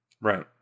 Right